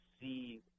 see